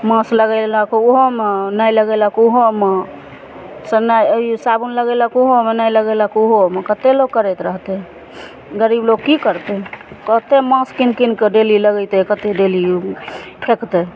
मास लगैलक ओहोमे नहि लगैलक ओहोमे सनाइ ई साबुन लगैलक ओहोमे नहि लगैलक ओहो कतेक लोक करैत रहतै गरीब लोक की करतै कतेक मास किन किन कऽ डेली लगैतै कतेक डेली यूज फेकतै